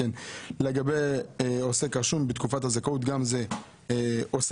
לגבי עוסק רשום בתקופת הזכאות, גם את זה הוספנו,